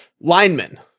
Linemen